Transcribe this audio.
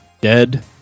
dead